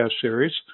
series